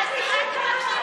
מה קורה?